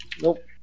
Nope